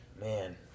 Man